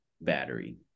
battery